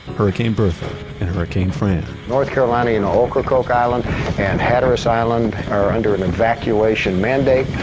hurricane bertha and hurricane fran north carolina and ocracoke island and hatteras island are under an evacuation mandate